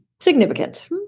significant